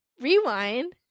Rewind